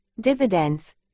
dividends